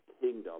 kingdom